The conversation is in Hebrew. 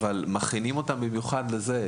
אבל מכינים אותם במיוחד בשביל זה.